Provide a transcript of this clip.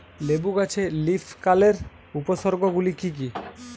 লেবু গাছে লীফকার্লের উপসর্গ গুলি কি কী?